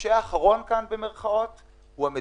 שהנושה האחרון כאן הוא המדינה.